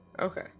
Okay